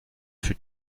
fut